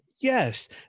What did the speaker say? yes